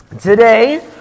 today